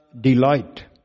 delight